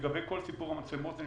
לגבי כל סיפור המצלמות,